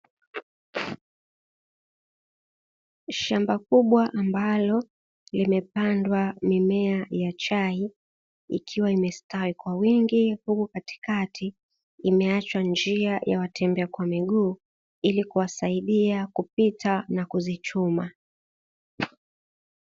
Shamba kubwa ambalo limepandwa mimea ya chai, ikiwa imestawi kwa wingi huku katikati imeachwa njia ya watembea kwa miguu, ili kuwasaidia kupita na kuzichuma.